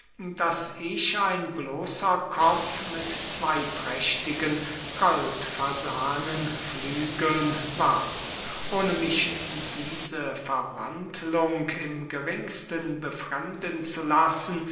daß ich ein bloßer kopf mit zwey prächtigen goldfasanen flügeln war ohne mich diese verwandlung im geringsten befremden zu lassen